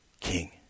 king